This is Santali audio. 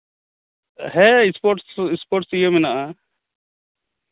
ᱦᱮᱸ ᱥᱯᱳᱨᱴᱥ ᱥᱯᱳᱨᱴᱥ ᱤᱭᱟᱹ ᱢᱮᱱᱟᱜᱼᱟ